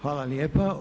Hvala lijepa.